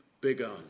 begun